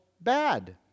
bad